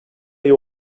ayı